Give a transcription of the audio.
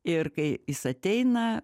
ir kai jis ateina